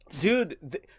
Dude